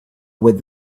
with